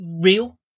real